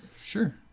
Sure